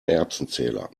erbsenzähler